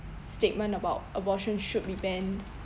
statement about abortion should be banned